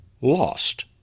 lost